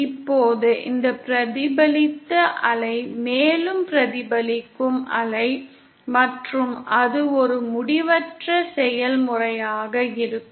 இப்போது இந்த பிரதிபலித்த அலை மேலும் பிரதிபலிக்கும் அலை அது ஒரு முடிவற்ற செயல்முறையாக இருக்கும்